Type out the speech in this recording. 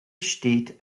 steht